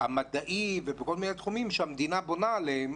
המדעי ובכל מיני תחומים, שהמדינה בונה עליו.